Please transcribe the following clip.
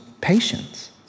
patience